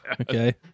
Okay